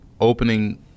opening